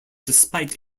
despite